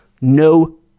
no